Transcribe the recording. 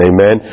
Amen